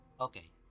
Okay